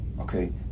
Okay